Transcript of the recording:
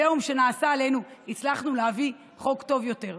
העליהום שנעשה עלינו, הצלחנו להביא חוק טוב יותר.